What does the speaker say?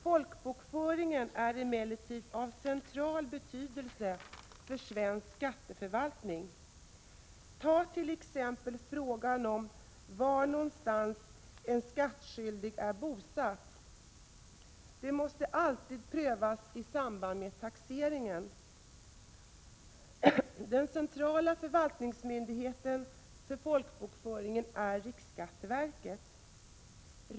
Folkbokföringen är emellertid av central betydelse för svensk skatteförvaltning. Ta t.ex. frågan om var en skattskyldig är bosatt. Det måste alltid kunna prövas i samband med taxeringen. Den centrala förvaltningsmyndigheten för folkbokföringen är riksskatteverket.